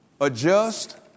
adjust